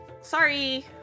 sorry